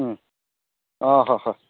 ꯎꯝ ꯑꯣ ꯍꯣꯏ ꯍꯣꯏ